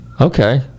Okay